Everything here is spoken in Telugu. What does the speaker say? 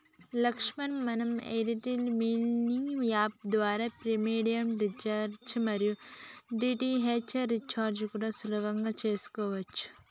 లక్ష్మణ్ మనం ఎయిర్టెల్ మనీ యాప్ ద్వారా ప్రీపెయిడ్ రీఛార్జి మరియు డి.టి.హెచ్ రీఛార్జి కూడా సులువుగా చేసుకోవచ్చు